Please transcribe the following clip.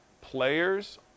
players